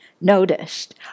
noticed